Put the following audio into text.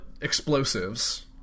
explosives